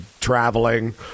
traveling